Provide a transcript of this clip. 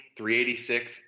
386